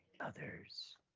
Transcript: Others